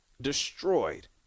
destroyed